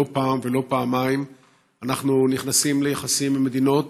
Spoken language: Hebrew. לא פעם ולא פעמיים אנחנו נכנסים ליחסים עם מדינות